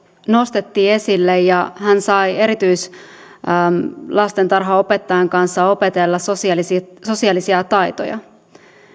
nostettiin esille ja hän sai erityislastentarhaopettajan kanssa opetella sosiaalisia sosiaalisia taitoja